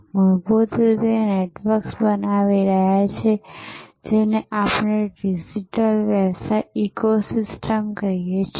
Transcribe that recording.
મૂળભૂત રીતે નેટવર્ક્સ બનાવી રહ્યા છે જેને આપણે ડિજિટલ વ્યવસાય ઇકોસિસ્ટમ કહીએ છીએ